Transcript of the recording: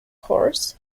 horse